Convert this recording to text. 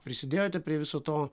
prisidėjote prie viso to